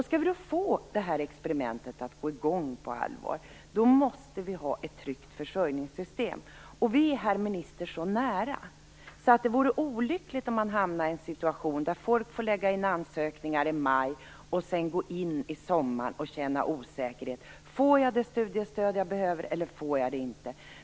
Skall vi då få detta experiment att gå i gång på allvar måste vi ha ett tryggt försörjningssystem. Vi är så nära, herr minister, att det vore olyckligt om vi hamnade i en situation där folk får lägga in ansökningar i maj och sedan känna osäkerhet under sommaren om de skall få det studiestöd de behöver eller inte.